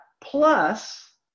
plus